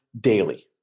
daily